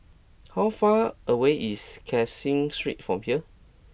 how far away is Caseen Street from here